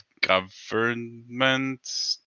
government